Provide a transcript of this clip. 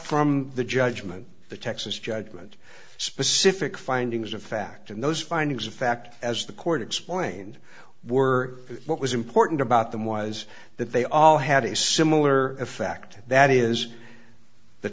from the judgment of the texas judgment specific findings of fact and those findings of fact as the court explained were what was important about them was that they all had a similar effect that is the